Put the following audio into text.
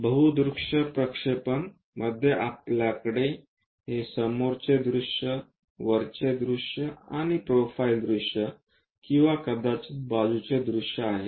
बहु दृश्य प्रक्षेपण मध्ये आपल्याकडे हे समोरचे दृश्य वरचे दृश्य आणि प्रोफाइल दृश्य किंवा कदाचित बाजूचे दृश्ये आहेत